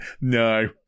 No